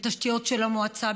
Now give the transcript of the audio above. בתשתיות של המועצה,